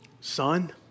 Son